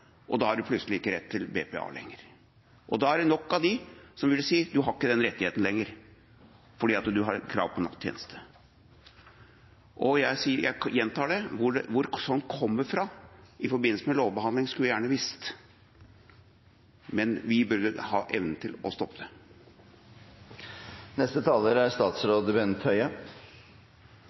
som da vil si at de ikke har den rettigheten lenger, fordi de har krav på nattjeneste. Jeg gjentar det: Hvor slikt kommer fra i forbindelse med lovbehandling, skulle jeg gjerne visst. Men vi burde ha evnen til å stoppe